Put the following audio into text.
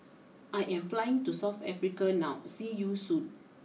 I am flying to South Africa now see you Soon